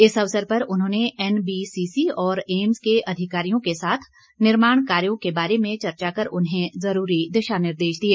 इस अवसर पर उन्होंने एनबीसीसी और एम्स के अधिकारियों के साथ निर्माण कार्यो के बारे में चर्चा कर उन्हें जरूरी दिशा निर्देश दिए